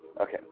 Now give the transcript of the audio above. Okay